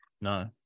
No